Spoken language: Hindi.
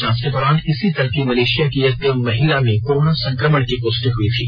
जांच के दौरान इसी दल की मलेषिया की एक महिला में कोरोना संक्रमण की पुष्टि हुई थी